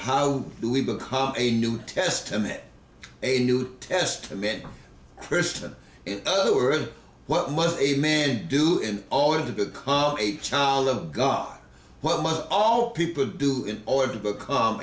how do we become a new testament a new testament christian in other words what must a man do in all of the a child of god what must all people do in order to become